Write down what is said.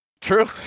True